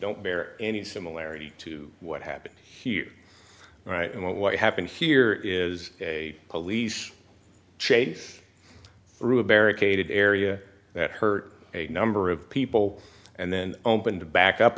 don't bear any similarity to what happened here right and what happened here is a police chase through a barricaded area that hurt a number of people and then opened back up